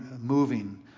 moving